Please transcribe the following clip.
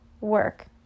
work